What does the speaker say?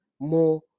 More